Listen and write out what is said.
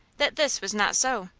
that this was not so.